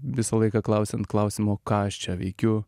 visą laiką klausiant klausimo ką aš čia veikiu